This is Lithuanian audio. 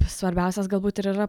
svarbiausias galbūt ir yra